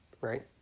Right